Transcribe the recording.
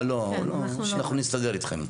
אנחנו לא --- אנחנו נסתדר אתכם.